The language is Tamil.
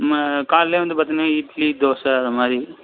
ம காலைலே வந்து பார்த்தீங்கன்னா இட்லி தோசை அதை மாதிரி